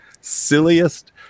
silliest